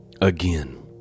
Again